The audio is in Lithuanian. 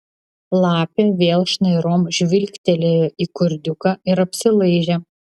lapė vėl šnairom žvilgtelėjo į kurdiuką ir apsilaižė